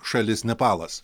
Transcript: šalis nepalas